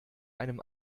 einem